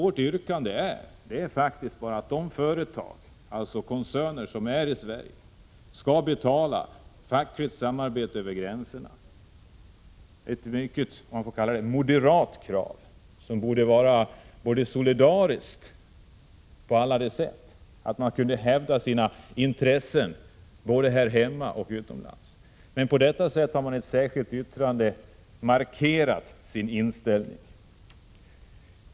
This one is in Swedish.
Vårt yrkande går faktiskt ut på att de utländska multinationella företagen i Sverige skall bekosta fackligt samarbete i koncernen över gränserna. Det är ett mycket ”moderat” krav, som borde anses vara solidariskt på så vis att man kunde hävda sina intressen både här hemma och utomlands. Men moderaterna har på detta sätt markerat sin inställning.